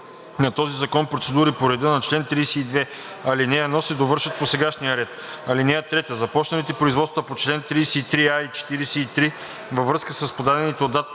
на този закон процедури по реда на чл. 32, ал. 1 се довършват по досегашния ред. (3) Започналите производства по чл. 33а и 43 във връзка с подадените до